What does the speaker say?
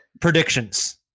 predictions